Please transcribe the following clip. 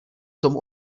tomu